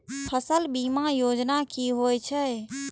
फसल बीमा योजना कि होए छै?